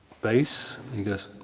bass? he goes,